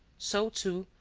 so, too,